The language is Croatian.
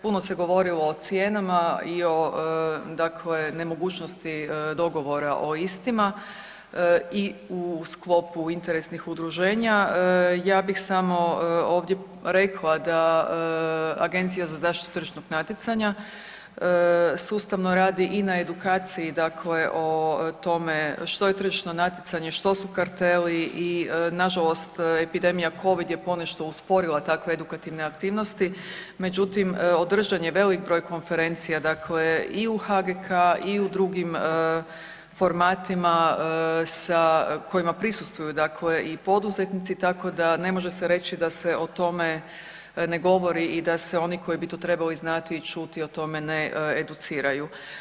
Puno se govorilo o cijenama i o dakle nemogućnosti dogovora o istima i u sklopu interesnih udruženja ja bih samo ovdje rekla da Agencija za zaštitu tržišnog natjecanja sustavno radi i na edukaciji dakle o tome što je tržišno natjecanje, što su karteli i nažalost epidemija Covid je ponešto usporila takve edukativne aktivnosti, međutim održan je veliki broj konferencija dakle i u HGK i u drugim formatima sa, kojima prisustvuju dakle i poduzetnici tako da ne može reći da se o tome ne govori i da se oni koji bi to trebali znati i čuti o tome ne educiraju.